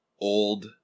old